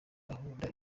gahunda